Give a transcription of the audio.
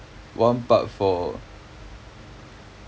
one part for